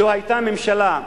לו היתה הממשלה,